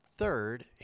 Third